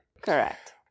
Correct